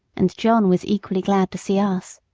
and john was equally glad to see us.